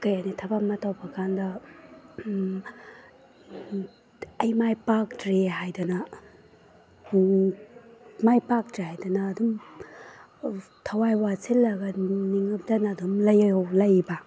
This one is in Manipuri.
ꯀꯔꯤ ꯍꯥꯏꯅꯤ ꯊꯕꯛ ꯑꯃ ꯇꯧꯕ ꯀꯥꯟꯗ ꯑꯩ ꯃꯥꯏ ꯄꯥꯛꯇ꯭ꯔꯦ ꯍꯥꯏꯗꯅ ꯃꯥꯏ ꯄꯥꯛꯇ꯭ꯔꯦ ꯍꯥꯏꯗꯅ ꯑꯗꯨꯝ ꯊꯋꯥꯏ ꯋꯥꯁꯤꯜꯂꯒ ꯅꯤꯉꯝꯗꯅ ꯑꯗꯨꯝ ꯂꯩꯕ